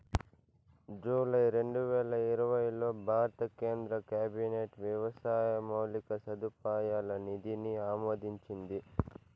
July రెండువేల ఇరవైలో భారత కేంద్ర క్యాబినెట్ వ్యవసాయ మౌలిక సదుపాయాల నిధిని ఆమోదించింది